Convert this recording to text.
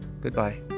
Goodbye